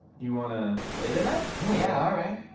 you wanna play tonight? yeah. alright.